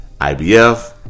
IBF